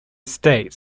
states